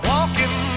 Walking